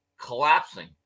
collapsing